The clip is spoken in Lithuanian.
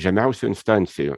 žemiausių instancijų